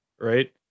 Right